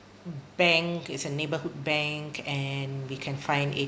bank is a neighborhood bank and we can find it A~